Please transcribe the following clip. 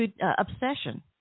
Obsession